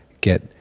get